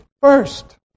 first